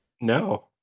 No